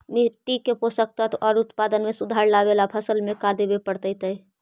मिट्टी के पोषक तत्त्व और उत्पादन में सुधार लावे ला फसल में का देबे पड़तै तै?